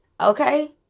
Okay